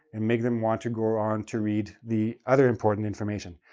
and make them want to go on to read the other important information.